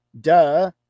Duh